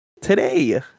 today